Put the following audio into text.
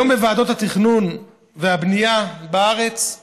היום, בוועדות התכנון והבנייה בארץ,